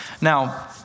Now